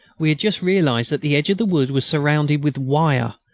we had just realised that the edge of the wood was surrounded with wire,